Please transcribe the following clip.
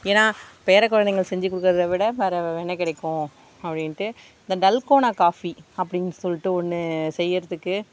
ஏன்னால் பேர குழந்தைங்களுக்கு செஞ்சு கொடுக்குறத விட வேறு என்ன கிடைக்கும் அப்படின்ட்டு இந்த டல்கோனா காஃபி அப்படின் சொல்லிட்டு ஒன்று செய்கிறதுக்கு